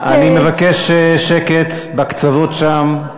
אני מבקש שקט בקצוות שם.